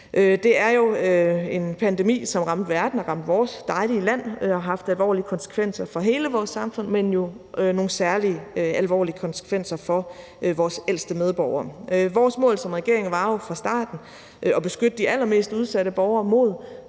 Det er jo en pandemi, som ramte verden og ramte vores dejlige land, og som har haft alvorlige konsekvenser for hele vores samfund, men jo nogle særlig alvorlige konsekvenser for vores ældste medborgere. Vores mål som regering var jo fra starten at beskytte de allermest udsatte borgere mod